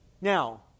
Now